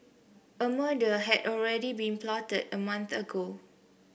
a murder had already been plotted a month ago